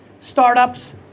Startups